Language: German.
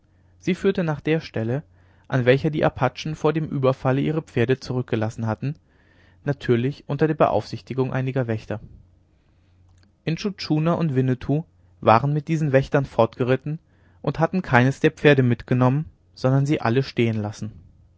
sie führte nach der stelle an welcher die apachen vor dem ueberfalle ihre pferde zurückgelassen hatten natürlich unter der beaufsichtigung einiger wächter intschu tschuna und winnetou waren mit diesen wächtern fortgeritten und hatten keines der pferde mitgenommen sondern sie alle stehen lassen